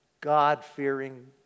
God-fearing